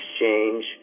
Exchange